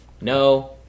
no